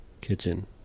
kitchen